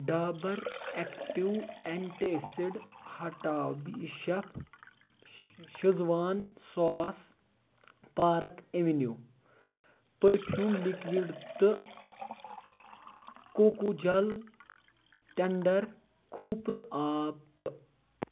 Dabur active antacid ہٹاو بی شٮ۪ک schezwan sauce Park Avenue perfume liquid تہٕ کوکو جل ٹٮ۪نڈر کھوٗپرٕ آب تہ